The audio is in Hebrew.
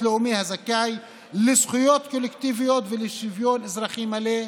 לאומי הזכאי לזכויות קולקטיביות ולשוויון אזרחי מלא",